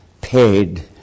paid